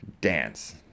Dance